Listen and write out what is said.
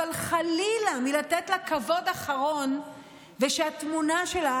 אבל חלילה מלתת לה כבוד אחרון ושהתמונה שלה